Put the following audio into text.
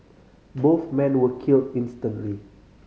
both men were killed instantly